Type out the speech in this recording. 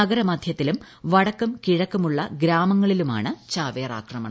നഗരമധ്യത്തിലും വടക്കും കിഴക്കുമുള്ള ഗ്രാമങ്ങളിലുമാണ് ചാവേറാക്രമണം